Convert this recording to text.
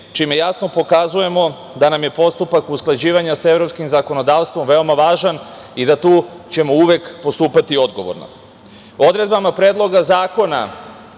čime jasno pokazujemo da nam je postupak usklađivanja sa evropskim zakonodavstvom veoma važan i da ćemo tu uvek postupati odgovorno. Odredbama